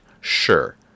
sure